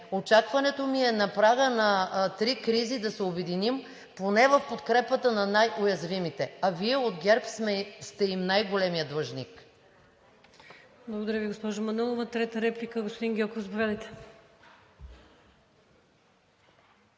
Очакването ми е на прага на три кризи да се обединим поне в подкрепата на най-уязвимите. Вие от ГЕРБ сте им най-големият длъжник.